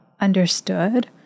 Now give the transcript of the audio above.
understood